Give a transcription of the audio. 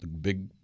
big